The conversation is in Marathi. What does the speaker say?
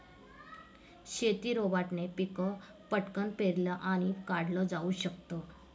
शेती रोबोटने पिक पटकन पेरलं आणि काढल जाऊ शकत